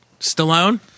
stallone